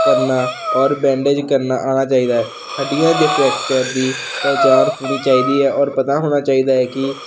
ਕਰਨਾ ਔਰ ਬੈਂਡੇਜ ਕਰਨਾ ਆਉਣਾ ਚਾਹੀਦਾ ਹੈ ਹੱਡੀਆਂ ਦੇ ਫਰੈਕਚਰ ਦੀ ਪਹਿਚਾਣ ਹੋਣੀ ਚਾਹੀਦੀ ਹੈ ਔਰ ਪਤਾ ਹੋਣਾ ਚਾਹੀਦਾ ਹੈ ਕਿ